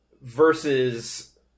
versus